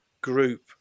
group